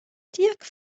tiegħek